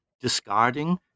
discarding